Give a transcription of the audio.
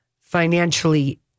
financially